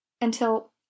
Until—